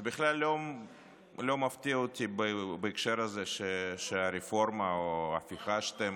זה בכלל לא מפתיע אותי בהקשר הזה שהרפורמה או ההפיכה שאתם